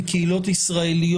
ראויים להגנה ולהיוותר חסויים כנקודת